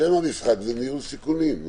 שם המשחק הוא ניהול סיכונים.